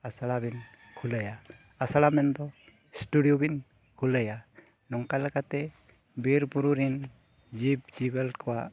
ᱟᱥᱲᱟ ᱵᱮᱱ ᱠᱷᱩᱞᱟᱹᱣᱟ ᱟᱥᱲᱟ ᱢᱮᱱᱫᱚ ᱵᱮᱱ ᱠᱷᱩᱞᱟᱹᱣᱟ ᱱᱚᱝᱠᱟ ᱞᱮᱠᱟᱛᱮ ᱵᱤᱨᱼᱵᱩᱨᱩ ᱨᱮᱱ ᱡᱤᱵᱽᱼᱡᱤᱭᱟᱹᱞᱤ ᱠᱚᱣᱟᱜ